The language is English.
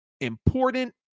important